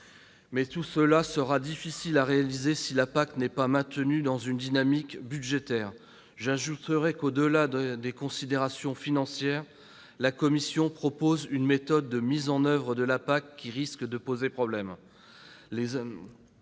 tout cela sera difficile à réaliser si la PAC n'est pas maintenue dans une dynamique budgétaire. Au-delà des considérations financières, la Commission européenne propose une méthode de mise en oeuvre de la PAC qui risque de poser problème.